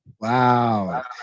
Wow